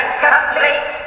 complete